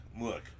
look